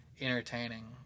entertaining